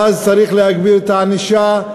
ואז צריך להגביר את הענישה.